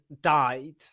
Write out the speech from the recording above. died